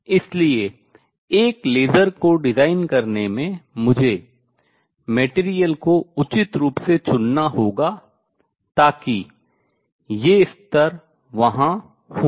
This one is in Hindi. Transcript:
इसलिए एक लेसर को डिजाइन निर्माण करने में मुझे material सामग्री को उचित रूप से चुनना होगा ताकि ये स्तर वहाँ हों